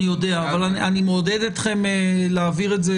אני יודע אבל אני מעודד אתכם להעביר את זה